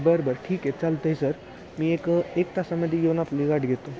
बरं बरं ठीकए चालतंय सर मी एक तासामध्ये येऊन आपली गाठ घेतो